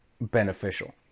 beneficial